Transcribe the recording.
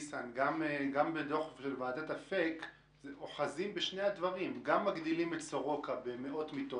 בדוח ועדת אפק אוחזים בשני הדברים גם מגדילים את סורוקה במאות מיטות,